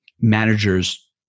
managers